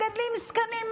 מגדלים זקנים.